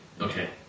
okay